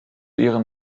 ihren